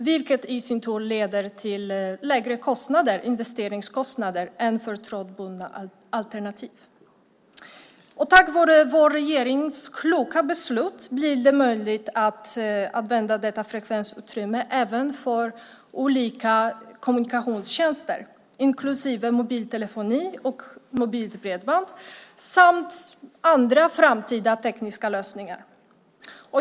Det i sin tur leder till lägre investeringskostnader än för trådbundna alternativ. Tack vare vår regerings kloka beslut blir det möjligt att använda detta frekvensutrymme även för olika kommunikationstjänster, inklusive mobiltelefoni och mobilt bredband, samt andra framtida tekniska lösningar.